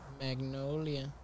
Magnolia